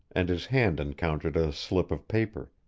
and his hand encountered a slip of paper.